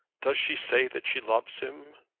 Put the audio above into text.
does she say that she loves him?